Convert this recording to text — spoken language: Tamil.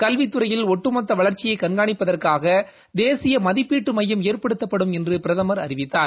கல்வித்துறையில் ஒட்டுமொத்த வளா்ச்சியை கண்காணிப்பதற்காக தேசிய மதிப்பீட்டு மையம் ஏற்படுத்தப்படும் என்று பிரதமர் அறிவித்தார்